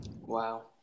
Wow